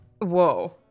Whoa